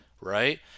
right